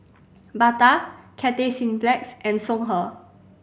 Bata Cathay Cineplex and Songhe